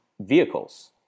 vehicles